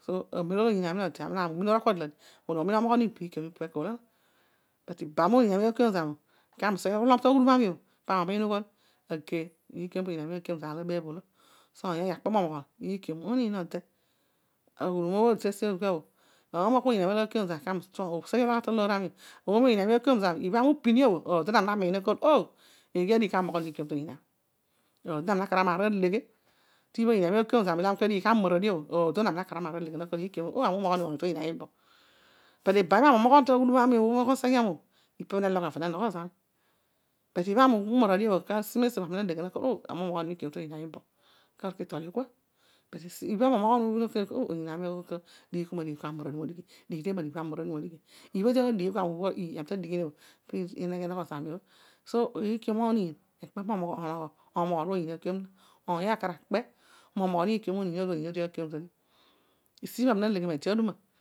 Amem olo oniin ami ode ani na ami umin urol kua dalade momin omoghon ibiikiom ekana õolõ na. but ibam ibha oniin ani aakiom zami õbhõ kaami useghe ulogh taghudum õ tami õbhõ. pami umiin ughol ageiy. iikiom bhõ oniin ami aakiom zami õbhõ bounaar labeebh õolõr so oiy õoy akpe momoghon iikiom oniin node. awumy ibha bhõ iditesno bho. ibha oniin ani aakiom zami kaam useghe ulogh taloor ami õ. ibho di aakiom zani kaami upinõõ. aadon ami na miin na kol oh! Eeghe adighi kaami umoghonio miikion to oniin ami. Aadon ani na kar amaar aleghe. tibhõi oniin ami aakiom zami kaami umaradio bhõ. adon ami na kaar na maar aleghe na kol o! Nami umoghon nini moonu toniin ani bo! But ibam õbhõ ami umoghon taghndum ami õbhõ. ipabhõ nelogh awor ne nogho zami but ibha ami umaradio bhõ. asi mesi paami udeghe ughol o! Aami ulogho kua bo amiku moghon ni ni maliiki to oniin ami. because kol ki tolio kua. ibhabho aninmoghom bho oniin ami aghol dighi kua ma dighi kua ami umaradio. iibha odi aghol dighi kua kaami udighi õbhõ piibha ne neghe enogho zami õbhõ so iikiom ami po omoghon bho oniin aakiom. ony akaar akpe mo moghon iikiom bhõ oniin aakiom zodi õbhõ. Esiibha ami na leghe mede aduma